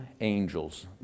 angels